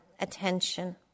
attention